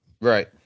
Right